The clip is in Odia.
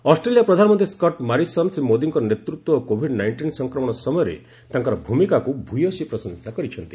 ଅଷ୍ଟ୍ରେଲିଆ ପ୍ରଧାନମନ୍ତ୍ରୀ ସ୍କଟ୍ ମାରିସନ୍ ଶ୍ରୀ ମୋଦୀଙ୍କ ନେତୃତ୍ୱ ଓ କୋଭିଡ୍ ନାଇଷ୍ଟିନ୍ ସଂକ୍ରମଣ ସମୟରେ ତାଙ୍କର ଭୂମିକାକୁ ଭୟସୀ ପ୍ରଶଂସା କରିଛନ୍ତି